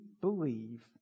believe